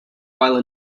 while